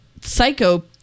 psycho